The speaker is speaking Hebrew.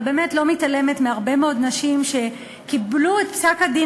מהרבה מאוד נשים שקיבלו את פסק-הדין